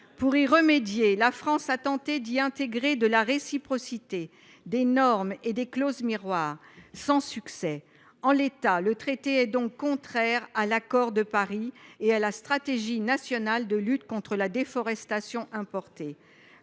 Pour y remédier, la France a tenté d’y intégrer de la réciprocité, des normes et des clauses miroirs, sans succès. En l’état, le traité est donc contraire à l’accord de Paris et à la stratégie nationale de lutte contre la déforestation importée.